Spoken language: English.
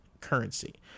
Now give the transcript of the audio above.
currency